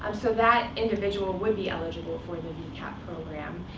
um so that individual would be eligible for the the vcap program,